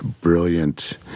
brilliant